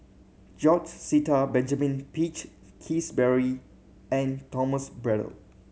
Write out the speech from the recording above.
George Sita Benjamin Peach Keasberry and Thomas Braddell